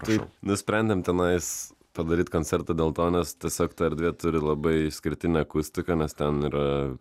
tai nusprendėm tenais padaryt koncertą dėl to nes tiesiog ta erdvė turi labai išskirtinę akustiką nes ten yra